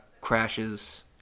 crashes